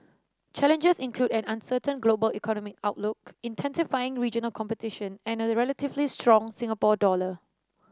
challenges include an uncertain global economic outlook intensifying regional competition and a relatively strong Singapore dollar